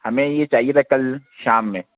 ہمیں یہ چاہیے تھا کل شام میں